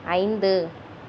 ஐந்து